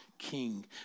king